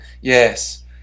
yes